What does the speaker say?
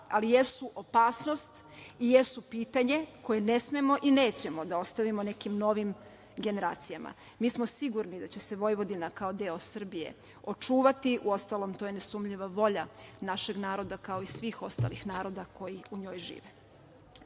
ali jesu opasnost i jesu pitanje koje ne smemo i nećemo da ostavimo nekim novim generacijama. Mi smo sigurni da će se Vojvodina kao deo Srbije očuvati, uostalom, to je nesumnjiva volja našeg naroda, kao i svih ostalih naroda koji u njoj žive. Ako